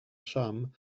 sham